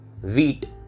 wheat